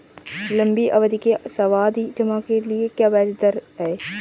लंबी अवधि के सावधि जमा के लिए ब्याज दर क्या है?